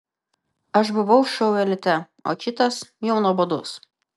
aš buvau šou elite o kitas jau nuobodus